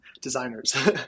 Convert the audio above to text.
designers